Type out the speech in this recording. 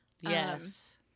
Yes